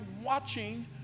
watching